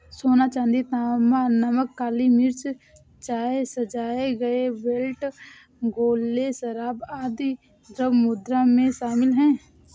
सोना, चांदी, तांबा, नमक, काली मिर्च, चाय, सजाए गए बेल्ट, गोले, शराब, आदि द्रव्य मुद्रा में शामिल हैं